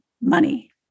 money